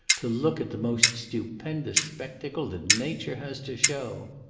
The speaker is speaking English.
to look at the most stupendous spectacle that nature has to show.